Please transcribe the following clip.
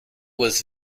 was